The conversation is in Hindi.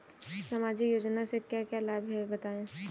सामाजिक योजना से क्या क्या लाभ हैं बताएँ?